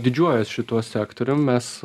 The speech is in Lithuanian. didžiuojuos šituo sektorium mes